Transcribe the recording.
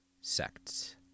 Sects